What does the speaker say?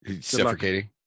suffocating